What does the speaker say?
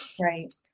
Right